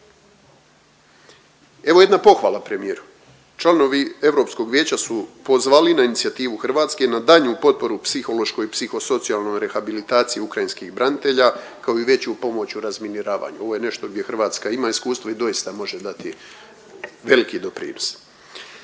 Evo jedna pohvala premijeru. Članovi Europskog vijeća su pozvali na inicijativu Hrvatske na daljnju potporu psihološkoj i psihosocijalnoj rehabilitaciji ukrajinskih branitelja kao i veću pomoć u razminiravanju. Ovo je nešto gdje Hrvatska ima iskustvo i doista može dati veliki doprinos.